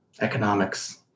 economics